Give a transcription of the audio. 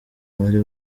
bari